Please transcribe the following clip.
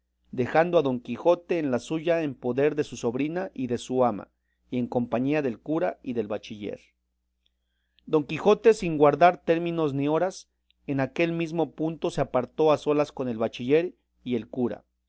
dejando a don quijote en la suya en poder de su sobrina y de su ama y en compañía del cura y del bachiller don quijote sin guardar términos ni horas en aquel mismo punto se apartó a solas con el bachiller y el cura